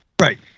right